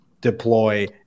deploy